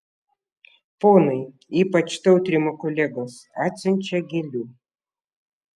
ponai ypač tautrimo kolegos atsiunčią gėlių